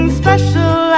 special